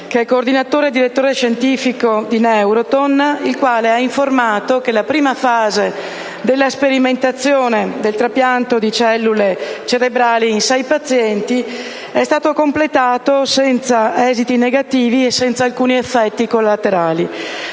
coordinatore e direttore scientifico di Neurothon, il quale ha informato che la prima fase della sperimentazione del trapianto di cellule cerebrali in sei pazienti è stata completata senza esiti negativi e senza effetti collaterali.